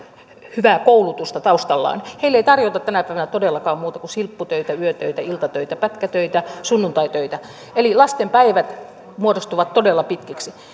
hyvää koulutusta taustallaan ei tarjota tänä päivänä todellakaan muuta kuin silpputöitä yötöitä iltatöitä pätkätöitä sunnuntaitöitä eli lasten päivät muodostuvat todella pitkiksi